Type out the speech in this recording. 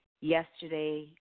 yesterday